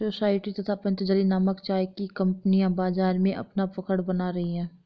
society तथा पतंजलि नामक चाय की कंपनियां बाजार में अपना पकड़ बना रही है